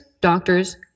doctors